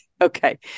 Okay